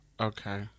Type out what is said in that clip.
Okay